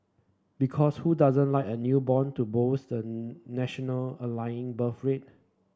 because who doesn't like a newborn to boost the national ailing birth rate